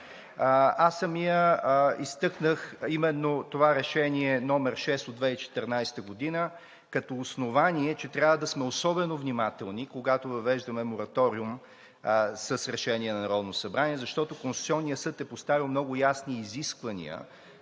Аз самият изтъкнах именно това Решение № 6 от 2014 г. като основание, че трябва да сме особено внимателни, когато въвеждаме мораториум с решение на Народното събрание, защото Конституционният съд е поставил много ясни изисквания,